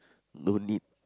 no need